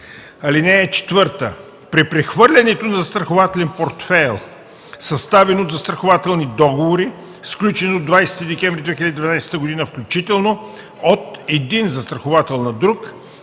включително. (4) При прехвърлянето на застрахователен портфейл, съставен от застрахователни договори, сключени до 20 декември 2012 г. включително, от един застраховател на друг,